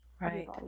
right